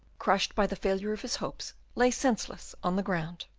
crushed by the failure of his hopes, lay senseless on the ground.